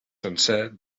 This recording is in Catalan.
sencer